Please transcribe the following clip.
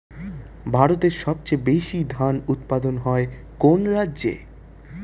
ভারতের সবচেয়ে বেশী ধান উৎপাদন হয় কোন রাজ্যে?